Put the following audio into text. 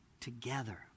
together